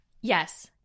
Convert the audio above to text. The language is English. yes